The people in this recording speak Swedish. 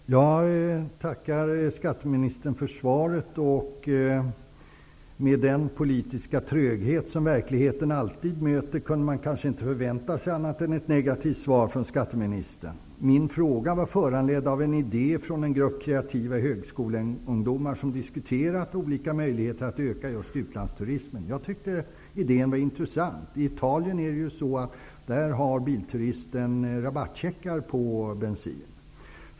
Fru talman! Jag tackar skatteministern för svaret. Med tanke på den politiska tröghet som verkligheten alltid möter kan man kanske inte förvänta sig annat än ett negativt svar från skatteministern. Min fråga är föranledd av en idé från en grupp kreativa högskoleungdomar som diskuterat olika möjligheter att öka just utlandsturismen. Jag tycker att idén är intressant. I Italien har bilturisten rabattcheckar när det gäller bensin.